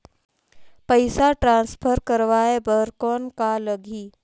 पइसा ट्रांसफर करवाय बर कौन का लगही?